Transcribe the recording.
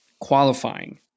qualifying